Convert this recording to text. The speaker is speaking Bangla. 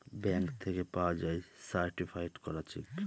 ব্যাঙ্ক থেকে পাওয়া যায় সার্টিফায়েড করা চেক